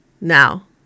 Now